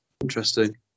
interesting